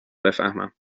بفهمم